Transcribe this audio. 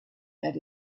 that